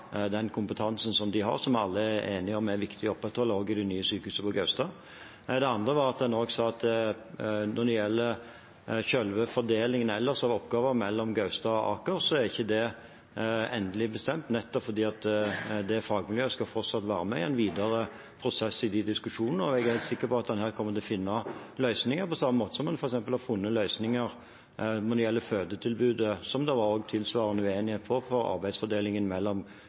den kompetansen som de har, som alle er enige om er viktig å opprettholde også ved det nye sykehuset på Gaustad. Det andre var at en også sa at når det gjelder selve fordelingen ellers av oppgaver mellom Gaustad og Aker, er ikke det endelig bestemt, nettopp fordi det fagmiljøet fortsatt skal være med i en videre prosess i diskusjonene. Jeg er helt sikker på at en her kommer til å finne løsninger, på samme måte som en f.eks. har funnet løsninger når det gjelder fødetilbudet, som det var tilsvarende uenighet om med tanke på arbeidsfordelingen mellom